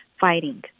fighting